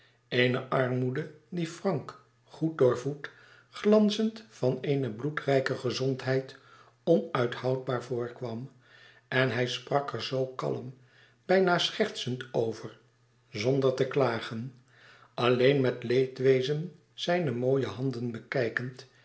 eene armoede die frank goed doorvoed glanzend van eene bloedrijke gezondheid onuithoudbaar voorkwam en hij sprak er zoo kalm bijna schertsend over zonder te klagen alleen met leedwezen zijne mooie handen bekijkend